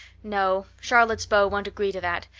no. charlotte's beau won't agree to that,